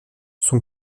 son